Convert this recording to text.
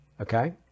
okay